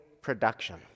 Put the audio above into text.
production